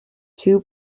two